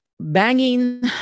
Banging